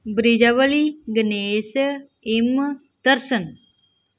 ਬਰੀਜਾ ਵਾਲੀ ਗਨੇਸ ਇਮ ਤਰਸਨ